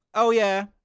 oh yeah,